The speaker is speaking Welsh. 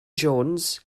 jones